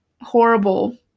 horrible